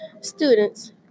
Students